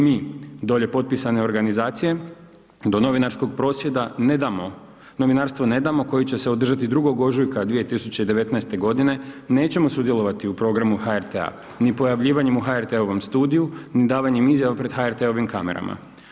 Mi, dolje potpisane organizacije, do novinarskog prosvjeda ne damo, novinarstvo ne damo koje će se održati 2. ožujka 2019. g. nećemo sudjelovati u programu HRT-a ni pojavljivanjem u HRT-ovom studiju ni davanjem izjavama pred HRT-ovim kamerama.